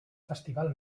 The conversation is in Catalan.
festival